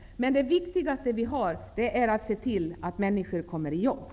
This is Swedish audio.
Men det viktigaste är att se till att människor kommer i arbete.